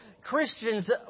Christians